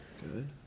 Good